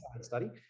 study